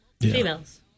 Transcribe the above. Females